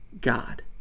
god